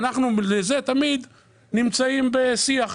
אנחנו נמצאים על זה בשיח תמידי.